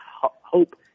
hope